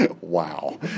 Wow